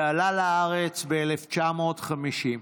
ועלה לארץ ב-1950.